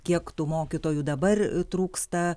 kiek tų mokytojų dabar trūksta